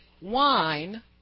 wine